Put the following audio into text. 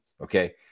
Okay